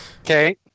Okay